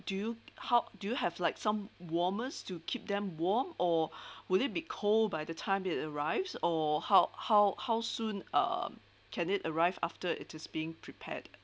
do you how do you have like some warmers to keep them warm or will it be cold by the time it arrives or how how how soon um can it arrive after it is being prepared